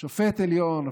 שופט עליון,